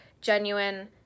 genuine